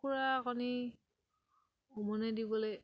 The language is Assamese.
কুকুৰা কণী উমনি দিবলৈ